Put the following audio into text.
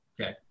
okay